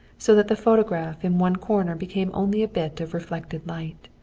so that the phonograph in one corner became only a bit of reflected light.